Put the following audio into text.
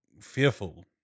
fearful